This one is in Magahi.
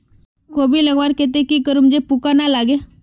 कोबी लगवार केते की करूम जे पूका ना लागे?